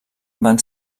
van